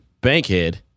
Bankhead